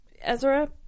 Ezra